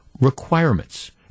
requirements